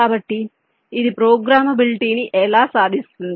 కాబట్టి ఇది ప్రోగ్రామబిలిటీని ఎలా సాధిస్తుంది